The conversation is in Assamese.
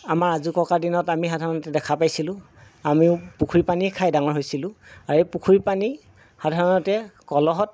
আমাৰ আজোককাহঁতৰ দিনত আমি সাধাৰণতে দেখা পাইছিলোঁ আমিও পুখুৰীৰ পানীয়েই খাই ডাঙৰ হৈছিলো আৰু এই পুখুৰীৰ পানী সাধাৰণতে কলহত